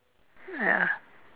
ya